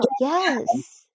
Yes